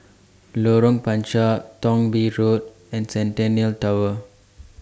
Lorong Panchar Thong Bee Road and Centennial Tower